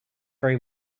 very